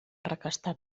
arrakasta